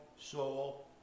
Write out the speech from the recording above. soul